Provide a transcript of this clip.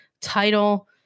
title